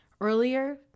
Earlier